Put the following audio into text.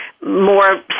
more